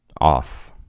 off